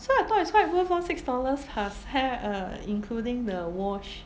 so I thought it's quite worth orh six dollars plus hair uh including the wash